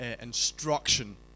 instruction